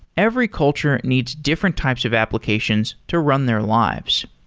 every culture needs different types of applications to run their lives.